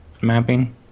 mapping